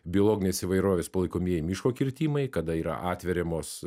biologinės įvairovės palaikomieji miško kirtimai kada yra atveriamos